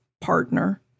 partner